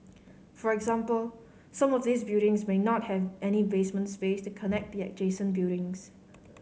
for example some of these buildings may not have any basement space to connect the adjacent buildings